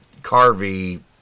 Carvey